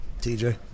TJ